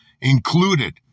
included